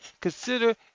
Consider